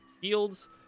fields